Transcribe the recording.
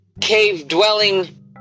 cave-dwelling